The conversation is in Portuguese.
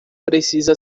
precisa